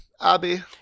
Abby